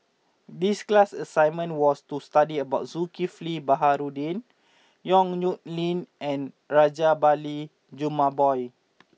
this class assignment was to study about Zulkifli Baharudin Yong Nyuk Lin and Rajabali Jumabhoy